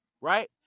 right